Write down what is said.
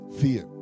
Fear